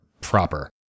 proper